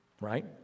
right